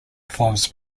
forms